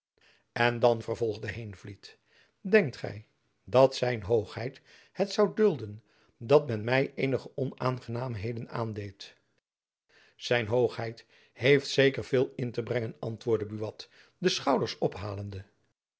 en dan vervolgde heenvliet denkt gy dat zijn hoogheid het zoû dulden dat men my eenige onaangenaamheden aandeed zijn hoogheid heeft zeker veel in te brengen antwoordde buat de schouders ophalende